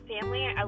family